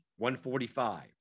145